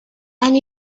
and